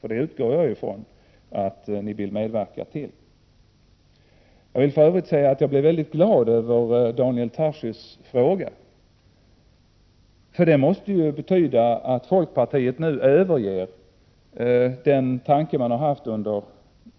Jag utgår från att ni vill medverka till förbättringar. Jag vill för övrigt säga att jag blev mycket glad över Daniel Tarschys fråga, för den måste ju betyda att folkpartiet nu har övergivit en tanke man har haft under